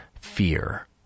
fear